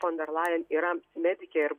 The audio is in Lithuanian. fon der lajen yra medikė ir